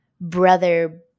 brother